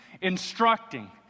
instructing